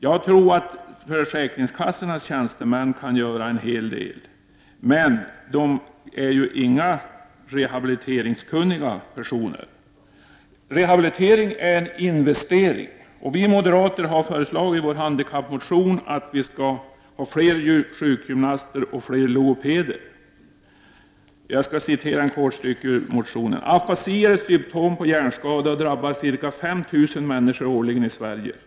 Jag tror att försäkringskassornas tjänstemän kan uträtta en hel del, men de är inga rehabiliteringskunniga personer. Rehabilitering är investering. Vi moderater har i vår handikappmotion föreslagit att man skall utbilda flera sjukgymnaster och logopeder. Jag läser ett kort stycke ur motionen: ”Afasi är ett symptom på hjärnskada och drabbar ca 5 000 människor årligen i Sverige.